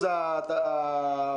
זאת אומרת?